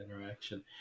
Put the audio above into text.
interaction